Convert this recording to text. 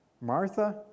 Martha